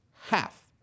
half